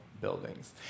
buildings